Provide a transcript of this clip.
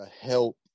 help